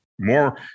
more